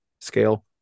scale